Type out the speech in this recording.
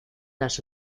las